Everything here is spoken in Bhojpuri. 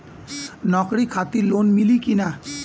नौकरी खातिर लोन मिली की ना?